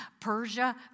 Persia